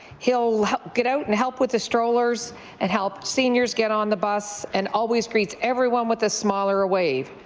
he'll get out and help with a strollers and help seniors get on the bus and always greets everyone with a smile or a wave.